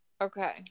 okay